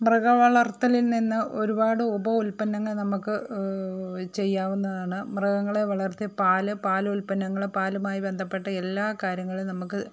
മൃഗ വളർത്തലിൽ നിന്ന് ഒരുപാട് ഉപ ഉൽപന്നങ്ങൾ നമുക്ക് ചെയ്യാവുന്നതാണ് മൃഗങ്ങളെ വളർത്തി പാൽ പാലുൽപന്നങ്ങൾ പാലുമായി ബന്ധപ്പെട്ട എല്ലാ കാര്യങ്ങളും നമുക്ക്